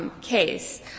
case